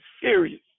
serious